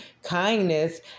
kindness